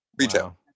Retail